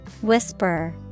Whisper